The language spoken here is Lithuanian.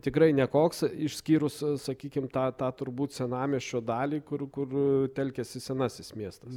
tikrai nekoks išskyrus sakykim tą tą turbūt senamiesčio dalį kur kur telkiasi senasis miestas